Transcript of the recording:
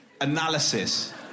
analysis